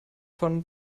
von